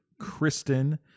Kristen